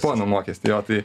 pono mokestį jo tai